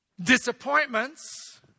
disappointments